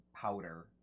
powder